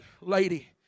lady